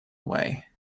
away